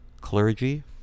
clergy